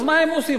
אז מה הם עושים?